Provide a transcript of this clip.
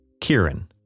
Kieran